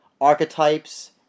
archetypes